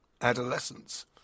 adolescence